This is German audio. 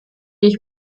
ich